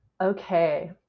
okay